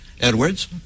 Edwards